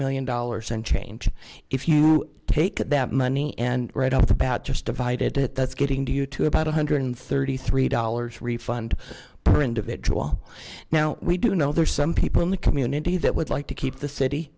million dollars and change if you take that money and right off the bat just divide it that's getting to you to about one hundred thirty three dollars refund or individual now we do know there are some people in the community that would like to keep the city